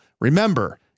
Remember